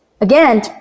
again